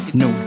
no